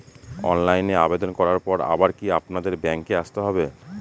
অনলাইনে আবেদন করার পরে আবার কি আপনাদের ব্যাঙ্কে আসতে হবে?